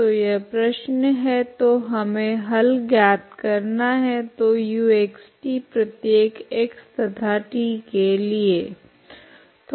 तो यह प्रश्न है तो हमे हल ज्ञात करना है तो uxt प्रत्येक x तथा t के लिए